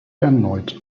erneut